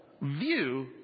view